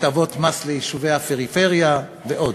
הטבות מס ליישובי הפריפריה ועוד.